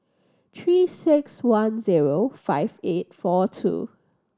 Three Six One zero five eight four two